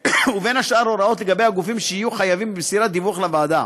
ובין השאר הוראות לגבי הגופים שיהיו חייבים במסירת דיווח לוועדה,